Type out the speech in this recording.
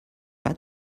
pas